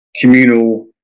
communal